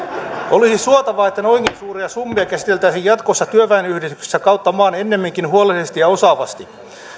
olisi suotavaa että noinkin suuria summia käsiteltäisiin jatkossa työväenyhdistyksissä kautta maan ennemminkin huolellisesti ja osaavasti